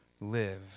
live